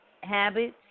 habits